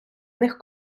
них